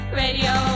radio